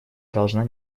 должна